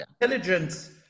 intelligence